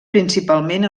principalment